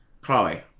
Chloe